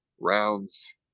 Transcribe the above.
rounds